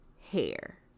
hair